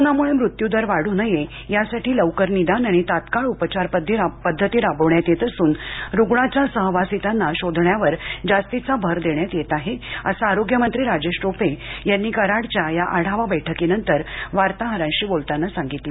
कोरोनामुळे मृत्युदर वाढू नये यासाठी लवकर निदान आणि तात्काळ उपचार पद्धती राबवण्यात येत असून रुग्णाच्या सहवासितांना शोधण्यावर जास्तीचा भर देण्यात येत आहे असं आरोग्यमंत्री राजेश टोपे यांनी कराडच्या या आढावा बैठकीनंतर वार्ताहरांशी बोलताना सांगितलं